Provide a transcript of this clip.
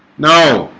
no